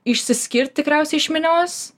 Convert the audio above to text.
išsiskirt tikriausiai iš minios